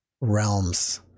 realms